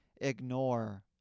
ignore